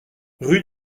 rue